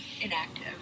inactive